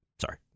Sorry